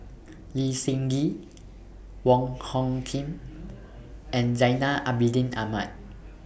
Lee Seng Gee Wong Hung Khim and Zainal Abidin Ahmad